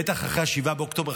בטח אחרי 7 באוקטובר,